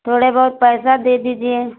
थोड़े बहुत पैसा दे दीजिए